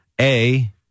a-